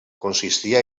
consistia